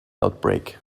outbreak